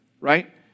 right